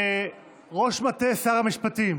ראש מטה שר המשפטים.